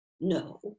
No